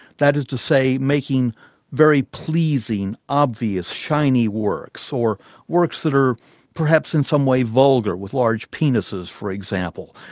that is to say, making very pleasing, obvious, shiny works, or works that are perhaps in some way vulgar with large penises for example,